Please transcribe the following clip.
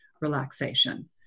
relaxation